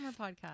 podcast